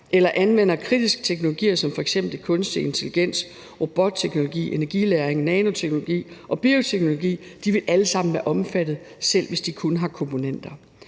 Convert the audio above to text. eller anvender kritisk teknologi som f.eks. kunstig intelligens, robotteknologi, energilagring, nanoteknologi og bioteknologi, vil være omfattet, selv hvis de kun har komponenter.